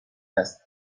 است